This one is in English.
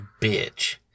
bitch